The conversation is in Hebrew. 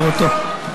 מצער אותו.